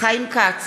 חיים כץ,